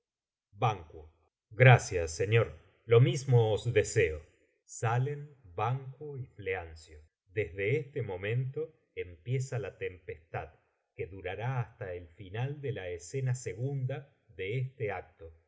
gracias señor lo mismo os deseo salen banquo y fleancio desde este momento empieza la tempestad que durará hasta el final de la escena segunda de este acto